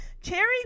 Cherry